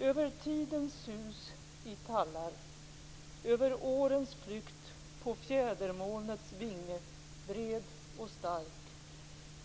Över tidens sus i tallar, över årens flykt på fjädermolnets vinge bred och stark,